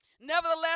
nevertheless